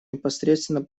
непосредственно